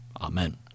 Amen